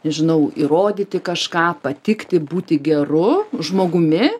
nežinau įrodyti kažką patikti būti geru žmogumi